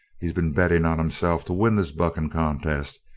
he's been betting on himself to win this bucking contest,